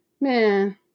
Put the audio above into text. man